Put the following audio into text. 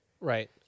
right